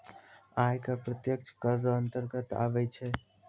आय कर प्रत्यक्ष कर रो अंतर्गत आबै छै